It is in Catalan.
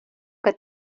que